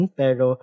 pero